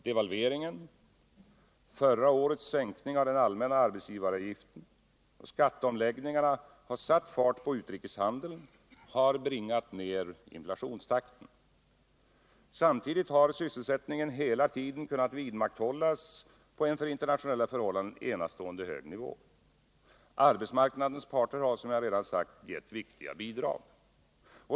Devalveringen, förra årets sänkning av den allmänna arbetsgivaravgiften och skatteomläggningarna har satt fart på utrikeshandeln och bringat ner inflationstakten. Samtidigt har sysselsättningen hela tiden kunnat vidmakthållas på en för internationella förhållanden enastående hög nivå. Arbetsmarknadens parter har som jag redan sagt gett viktiga bidrag.